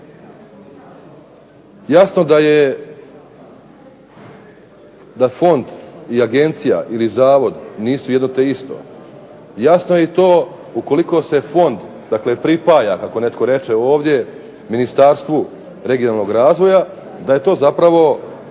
Jasno da fond i agencija ili zavod nisu jedno te isto. Jasno je i to ukoliko se fond, dakle pripaja kako netko reče ovdje Ministarstvu regionalnog razvoja, da je to zapravo